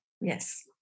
yes